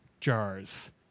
jars